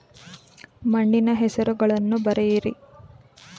ಮಣ್ಣಿನ ಹೆಸರುಗಳನ್ನು ಬರೆಯಿರಿ